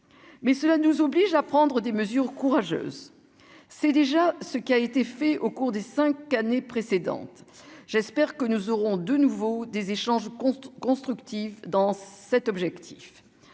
mais cela nous oblige à prendre des mesures courageuses, c'est déjà ce qui a été fait au cours des 5 années précédentes, j'espère que nous aurons de nouveau des échanges compte constructive dans cet objectif,